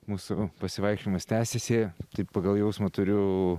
mūsų pasivaikščiojimas tęsiasi taip pagal jausmą turiu